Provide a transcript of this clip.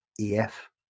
ef